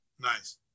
Nice